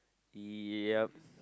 yup